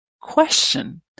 question